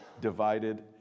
divided